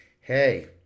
Hey